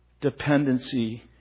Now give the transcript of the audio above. dependency